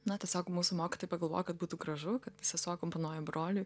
na tiesiog mūsų mokytojai pagalvojo kad būtų gražu kad sesuo akompanuoja broliui